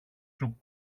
σου